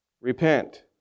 repent